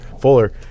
Fuller